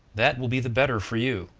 that will be the better for you,